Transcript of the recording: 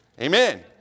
Amen